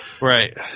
Right